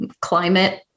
climate